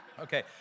Okay